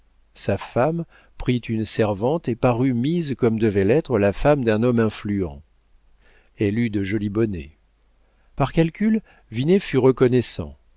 sa femme prit une servante et parut mise comme devait l'être la femme d'un homme influent elle eut de jolis bonnets par calcul vinet fut reconnaissant